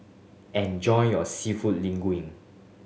enjoy your Seafood Linguine